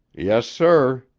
yes, sir.